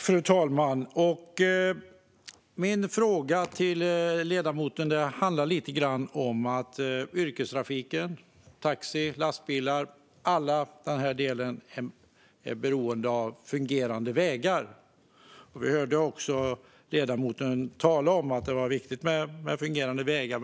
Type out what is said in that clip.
Fru talman! Min fråga till ledamoten handlar lite om att yrkestrafiken - taxi, lastbilar och alla de delarna - är beroende av fungerande vägar. Vi hörde också ledamoten tala om att det är viktigt med fungerande vägar.